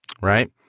right